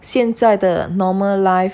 现在的 normal life